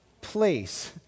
place